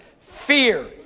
Fear